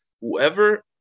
whoever